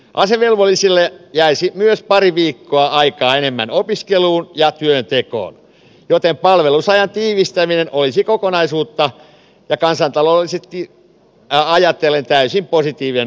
asevelvollisille jäisi myös pari viikkoa aikaa enemmän opiskeluun ja työntekoon joten palvelusajan tiivistäminen olisi kokonaisuutta ja kansantaloudellisesti ajatellen täysin positiivinen uudistus